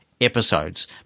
episodes